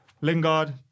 Lingard